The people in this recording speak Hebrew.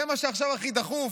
זה מה שעכשיו הכי דחוף?